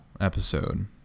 episode